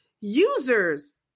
Users